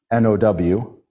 NOW